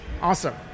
Awesome